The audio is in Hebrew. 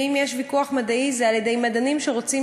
ואם יש ויכוח מדעי זה על-ידי מדענים שרוצים